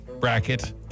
bracket